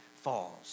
falls